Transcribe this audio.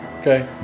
Okay